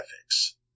ethics